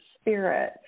spirit